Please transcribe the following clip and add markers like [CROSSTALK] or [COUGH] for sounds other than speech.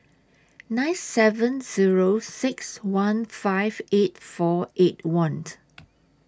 nine seven Zero six one five eight four eight one [UNINTELLIGIBLE]